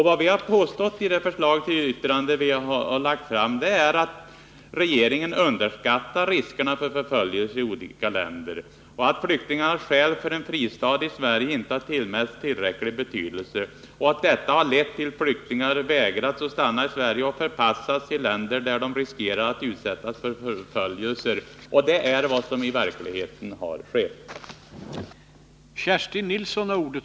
Vad vi påstår i det förslag till yttrande som vi lagt fram är att regeringen underskattar riskerna för förföljelse i olika länder och att flyktingarnas skäl för en fristad i Sverige inte tillmäts tillräcklig betydelse. Detta har lett till att flyktingar vägrats stanna i Sverige och förpassats till länder där de riskerar att utsättas för förföljelse. Det är vad som i verkligheten har skett.